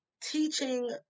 teaching